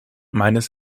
meines